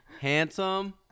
Handsome